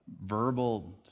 verbal